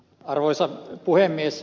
arvoisa puhemies